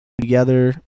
together